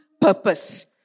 purpose